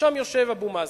שם יושב אבו מאזן.